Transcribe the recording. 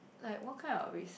like what kind of risk